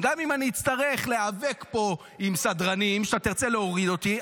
גם אם אני אצטרך להיאבק פה עם סדרנים כשאתה תרצה להוריד אותי,